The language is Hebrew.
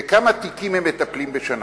ובכמה תיקים הם מטפלים בשנה?